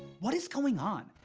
what is going on?